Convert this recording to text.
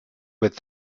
with